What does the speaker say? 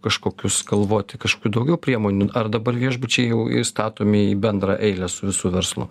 kažkokius galvoti kažkokių daugiau priemonių ar dabar viešbučiai jau įstatomi į bendrą eilę su visu verslu